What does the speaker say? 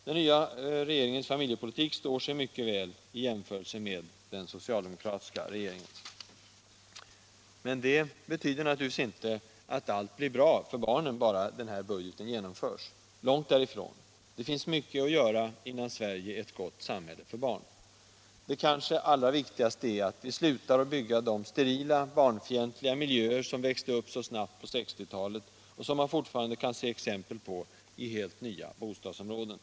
Den nya regeringens familjepolitik står sig mycket väl i jämförelse med den socialdemokratiska regeringens. Det jag nu har sagt betyder naturligtvis inte att allt blir bra för barnen bara regeringens budget genomförs. Långt därifrån. Det finns mycket att göra innan Sverige är ett gott samhälle för barn. Det kanske allra viktigaste är att vi slutar bygga de sterila, barnfientliga miljöer som växte upp så snabbt på 1960-talet och som man fortfarande kan se exempel på i helt nya bostadsområden.